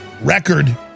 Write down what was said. record